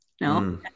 No